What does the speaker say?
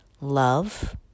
love